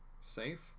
safe